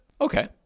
Okay